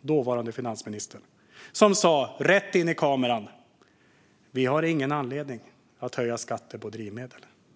dåvarande finansministern Magdalena Andersson. Hon sa då rätt in i kameran: Vi har ingen anledning att höja skatten på drivmedel.